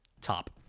top